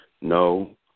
no